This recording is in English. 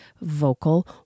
vocal